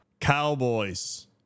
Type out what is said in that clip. Cowboys